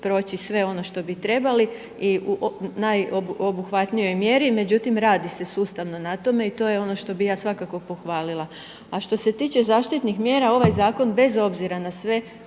proći sve ono što bi trebali i u najobuhvatnijoj mjeri međutim radi se sustavno na tome i to je ono što bi ja svakako pohvalila. A što se tiče zaštitnih mjera ovaj zakon bez obzira na sve